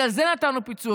אז על זה נתנו פיצוי,